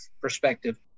perspective